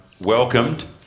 welcomed